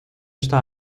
está